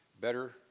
better